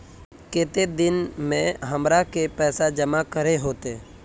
केते दिन में हमरा के पैसा जमा करे होते?